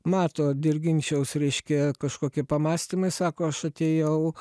mato dirginčiaus reiškia kažkokie pamąstymai sako aš atėjau